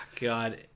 God